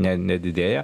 ne nedidėja